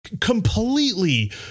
completely